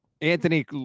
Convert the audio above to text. Anthony